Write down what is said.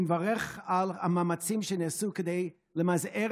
אני מברך על המאמצים שנעשו כדי למזער